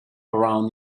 around